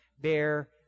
Bear